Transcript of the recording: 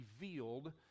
revealed